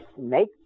make